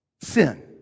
sin